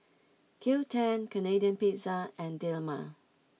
Qoo ten Canadian Pizza and Dilmah